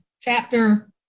chapter